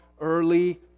early